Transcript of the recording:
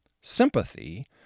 Sympathy